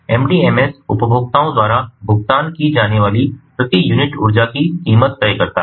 MDMS उपभोक्ताओं द्वारा भुगतान की जाने वाली प्रति यूनिट ऊर्जा की कीमत तय करता है